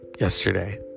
Yesterday